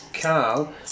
Carl